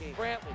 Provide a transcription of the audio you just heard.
Brantley